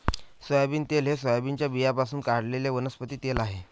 soybean तेल हे सोयाबीनच्या बियाण्यांपासून काढलेले वनस्पती तेल आहे